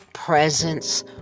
presence